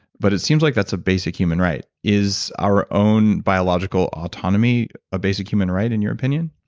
but it seems like that's a basic human right. is our own biological autonomy, a basic human right in your opinion?